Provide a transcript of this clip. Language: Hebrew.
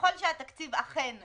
ככל שהתקציב אכן מוכן,